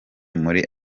muri